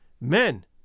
Men